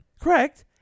Correct